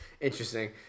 interesting